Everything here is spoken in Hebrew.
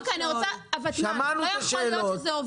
שמענו את השאלות.